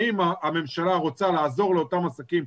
האם הממשלה רוצה לעזור לאותם עסקים,